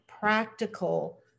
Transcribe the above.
practical